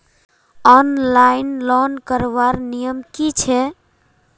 Online loan करवार नियम की छे?